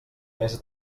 mes